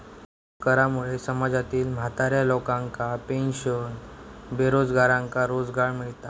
करामुळे समाजातील म्हाताऱ्या लोकांका पेन्शन, बेरोजगारांका रोजगार मिळता